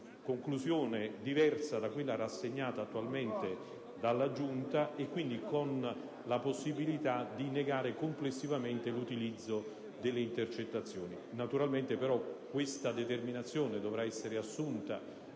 conclusione diversa da quella rassegnata attualmente dalla Giunta stessa e quindi con la possibilità di negare complessivamente l'utilizzo delle intercettazioni. Naturalmente, questa determinazione dovrà però essere assunta